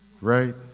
right